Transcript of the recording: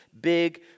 big